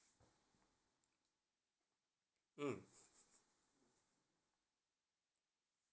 mm